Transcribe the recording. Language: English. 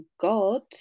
God